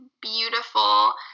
beautiful